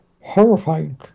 Horrifying